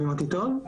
אני